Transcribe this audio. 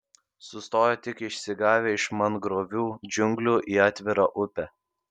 sustojo tik išsigavę iš mangrovių džiunglių į atvirą upę